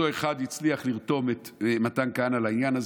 אותו אחד הצליח לרתום את מתן כהנא לעניין הזה.